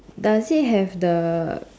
does it have the